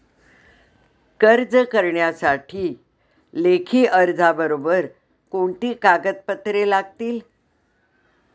कर्ज करण्यासाठी लेखी अर्जाबरोबर कोणती कागदपत्रे लागतील?